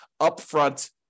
upfront